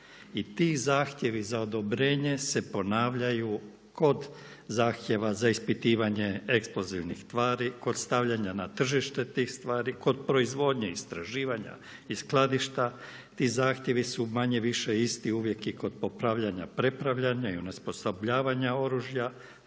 i ti zahtjevi za odobrenje se ponavljaju kod zahtjeva za ispitivanje eksplozivnih tvari, kod stavljanja na tržište tih stvari, kod proizvodnje istraživanja i skladišta, ti zahtjevi su manje-više isti, uvijek je kod popravljanja prepravljanje i onesposobljavanje oružja,